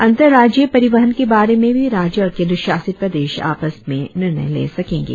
अन्तर्राज्यीय परिवहन के बारे में भी राज्य और केन्द्रशासित प्रदेश आपस में निर्णय ले सकेंगे